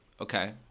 Okay